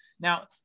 Now